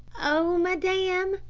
oh, madame,